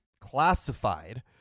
Classified